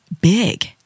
big